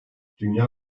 dünya